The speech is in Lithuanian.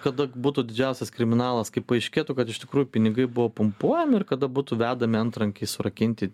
kada būtų didžiausias kriminalas kai paaiškėtų kad iš tikrųjų pinigai buvo pumpuojami ir kada būtų vedami antrankiais surakinti